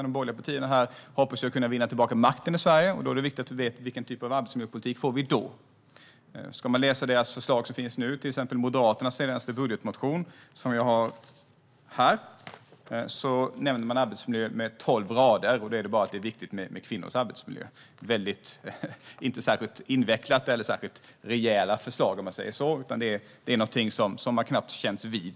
De borgerliga partierna hoppas ju kunna vinna tillbaka makten i Sverige, och då är det viktigt att vi vet vilken typ av arbetsmiljöpolitik vi får då. I de förslag de har nu, till exempel i Moderaternas senaste budgetmotion som jag har med mig här i talarstolen, nämns arbetsmiljön på tolv rader. Och då handlar det bara om att det är viktigt med kvinnors arbetsmiljö. Det är inte särskilt invecklat eller särskilt rejäla förslag, om man säger så, utan arbetsmiljöfrågorna är någonting som Moderaterna knappt känns vid.